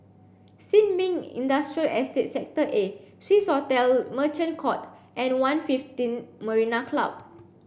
Sin Ming Industrial Estate Sector A Swissotel Merchant Court and One fifteen Marina Club